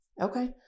Okay